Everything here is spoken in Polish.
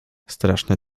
straszny